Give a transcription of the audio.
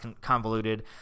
convoluted